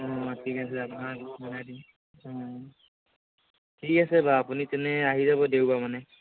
অঁ ঠিক আছে আপোনাক চাই দিম ঠিক আছে বাৰু আপুনি তেনে আহি যাব দেওবাৰ মানে